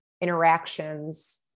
interactions